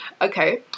Okay